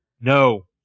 No